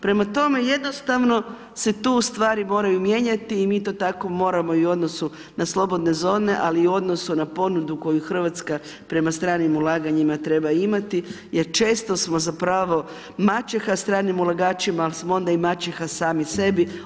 Prema tome, jednostavno se tu stvari moraju mijenjati i mi to tako moramo i u odnosu na slobodne zone ali i u odnosu na ponudu koju Hrvatska prema stranim ulaganjima treba imati jer često smo zapravo maćeha stranim ulagačima ali smo onda i maćeha sami sebi.